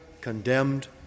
condemned